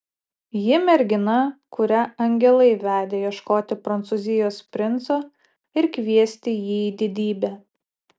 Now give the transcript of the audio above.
ji mergina kurią angelai vedė ieškoti prancūzijos princo ir kviesti jį į didybę